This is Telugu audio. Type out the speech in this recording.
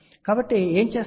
కాబట్టి వారు ఏమి చేస్తారు